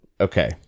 Okay